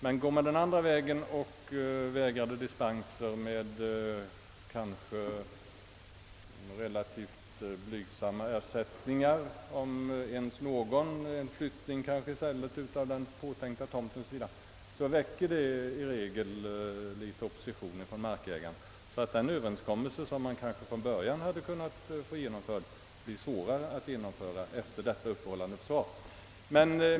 Men om man går den andra vägen med vägrade dispenser och kanske relativt blygsamma ersättningar, om ens några — kanske i stället flyttning av den tilltänkta tomten o. s. v. — väcker det i regel opposition från markägaren. Den överenskommelse som man kanske från början hade kunnat genomföra blir alltså svårare att få till stånd efter detta uppehållande försvar.